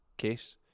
case